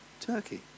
Turkey